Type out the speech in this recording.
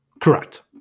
Correct